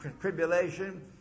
tribulation